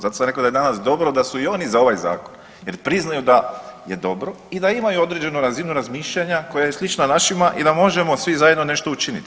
Zato sam rekao da je danas dobro da su i oni za ovaj zakon jer priznaju da je dobro i da imaju određenu razinu razmišljanja koja je slična našima i da možemo svi zajedno nešto učiniti.